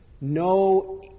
no